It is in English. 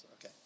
okay